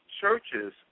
Churches